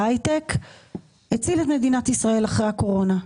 ההייטק הציל את מדינת ישראל אחרי הקורונה.